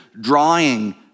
drawing